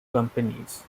companies